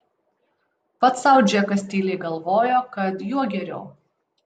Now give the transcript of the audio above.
pats sau džekas tyliai galvojo kad juo geriau